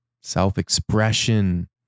self-expression